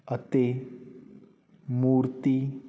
ਅਤੇ ਮੂਰਤੀ